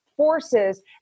forces